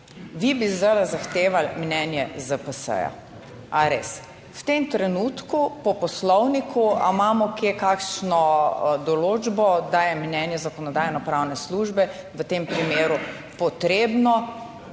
vi bi zdaj zahtevali mnenje ZPS, a res? V tem trenutku po Poslovniku, Ali imamo kje kakšno določbo, da je mnenje Zakonodajno-pravne službe v tem primeru potrebno?